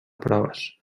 proves